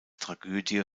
tragödie